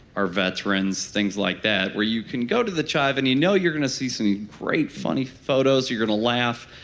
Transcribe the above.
or veterans, things like that where you can go to thechive and you know you're going to see some great, funny photos, you're going to laugh,